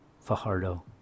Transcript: Fajardo